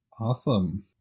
Awesome